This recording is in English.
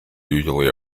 usually